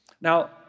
Now